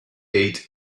ate